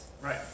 Right